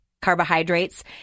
carbohydrates